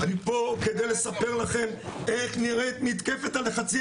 אני פה כדי לספר לכם איך נראית מתקפת הלחצים